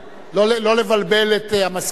לא לבלבל את המזכירות.